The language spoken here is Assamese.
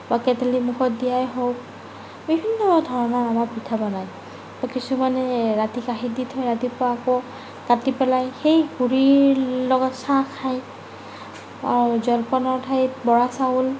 বা কেটেলিমুখত দিয়াই হওক বিভিন্ন ধৰণৰ আমাৰ পিঠা বনায় তে কিছুমানে ৰাতি কাঁহীত দি থয় ৰাতিপুৱা আকৌ কাটি পেলাই সেই গুড়িৰ লগত চাহ খায় আৰু জলপানৰ ঠাইত বৰা চাউল